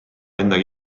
endaga